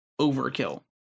overkill